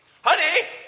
Honey